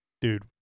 dude